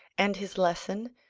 and his lesson,